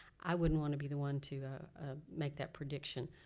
i wouldn't wanna be the one to make that prediction.